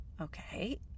Okay